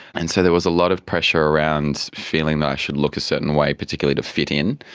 and so there was a lot of pressure around feeling that i should look a certain way, particularly to fit in,